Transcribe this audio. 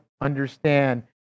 understand